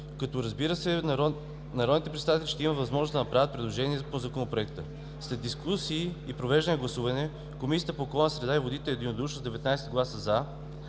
като, разбира се, народните представители имат възможност да направят предложения по Законопроекта. След дискусията и проведеното гласуване Комисията по околната среда и водите единодушно с 19 гласа